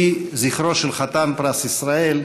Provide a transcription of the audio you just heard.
יהי זכרו של חתן פרס ישראל,